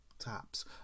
tops